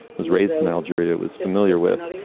was raised in algeria, was familiar with.